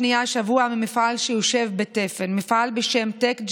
הבעיה הזאת